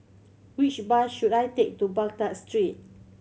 which bus should I take to Baghdad Street